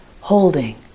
holding